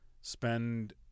spend